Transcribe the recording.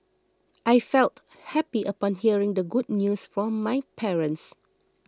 I felt happy upon hearing the good news from my parents